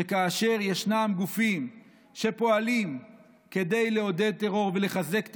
שכאשר ישנם גופים שפועלים כדי לעודד טרור ולחזק טרור,